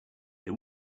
they